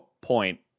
point